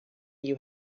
you